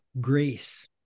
grace